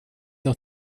auch